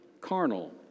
carnal